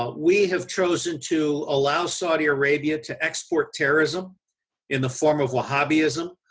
ah we have chosen to allow saudi arabia to export terrorism in the form of wahabbism.